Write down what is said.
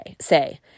say